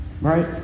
Right